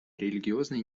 религиозной